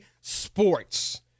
sports